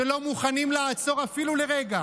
שלא מוכנים לעצור אפילו לרגע,